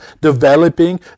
developing